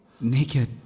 Naked